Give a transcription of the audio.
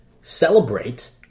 celebrate